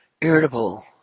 irritable